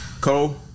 Cole